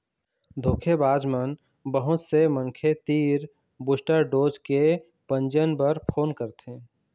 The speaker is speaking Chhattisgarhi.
धोखेबाज मन बहुत से मनखे तीर बूस्टर डोज के पंजीयन बर फोन करथे